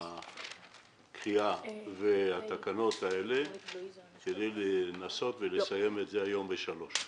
לקריאת התקנות על מנת לנסות לסיים זאת היום ב15:00.